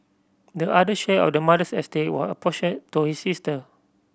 the other share of the mother's estate was apportioned to his sister